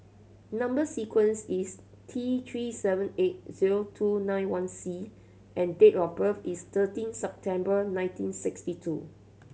number sequence is T Three seven eight zero two nine one C and date of birth is thirteen September nineteen sixty two